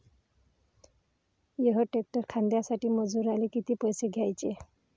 यक हेक्टर कांद्यासाठी मजूराले किती पैसे द्याचे?